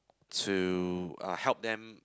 to uh help them